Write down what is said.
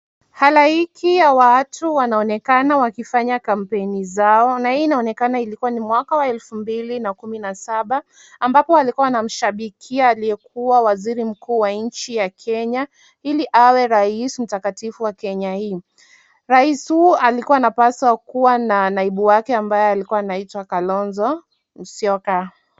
Halaiki ya watu wanaonekana wakifanya kampeni zao ,na hii inaonekana ilikuwa ni mwaka wa elfu mbili na kumi na saba, ambapo walikuwa wanamshabikia aliyekuwa waziri mkuu wa nchi ya Kenya, ili awe rais mtakatifu wa Kenya hii, rais huu alikua anapaswa kuwa na naibu wake aliyekua anaitwa Kalonzo Musyoka.